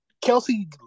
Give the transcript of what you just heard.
Kelsey